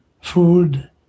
food